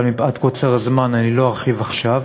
אבל מפאת קוצר הזמן אני לא ארחיב עכשיו,